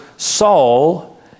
Saul